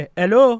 hello